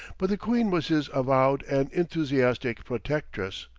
but the queen was his avowed and enthusiastic protectress.